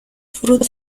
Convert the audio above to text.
frutos